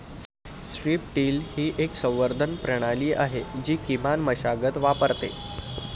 strip till ही एक संवर्धन प्रणाली आहे जी किमान मशागत वापरते